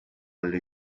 alle